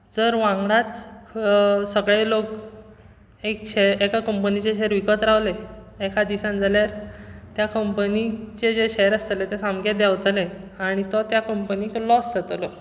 जर वांगडाच सगळें लोक एक शेयर एका कंपनीचे विकत रावले एका दिसान जाल्यार त्या कंपनीचे जे शेयर आसतले ते सामके देंवतले आनी तो त्या कंपनीक लॉस जातोलो